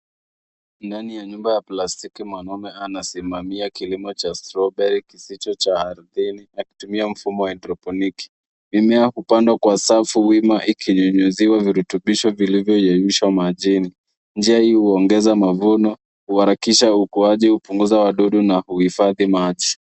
Ndani ya nyumba ya plastiki kunangombe anasimamia kilimo cha strawberry kisicho cha ardhini kutumia mfumo wa hydroponic . Mimea huoandwa kwa safu wima ikinyunnyiziiwa virutubisho iliyoyeyushwa majini. Njia hii huongeza mavuno, huharakisha ukuaji, huounguza wadudu na kuhifadhi maji.